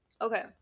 Okay